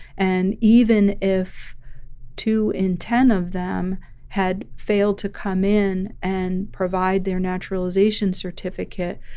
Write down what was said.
and even if two in ten of them had failed to come in and provide their naturalization certificate,